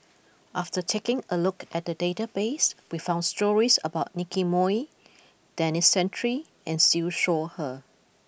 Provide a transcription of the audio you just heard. after taking a look at the database we found stories about Nicky Moey Denis Santry and Siew Shaw Her